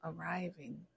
arriving